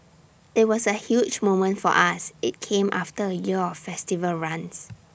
IT was A huge moment for us IT came after A year of festival runs